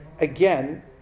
again